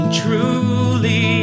truly